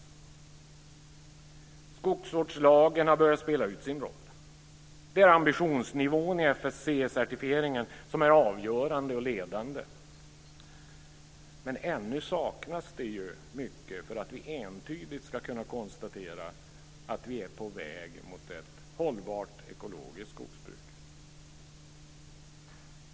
Skogsvårdslagen har börjat spela ut sin roll. Det är ambitionsnivån i FSC-certifieringen som är avgörande och ledande. Men ännu saknas mycket för att vi entydigt ska kunna konstatera att vi är på väg mot ett hållbart ekologiskt skogsbruk.